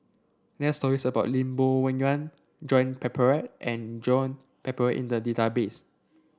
there are stories about Lim Bo Yam Joan Pereira and Joan Pereira in the database